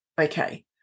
Okay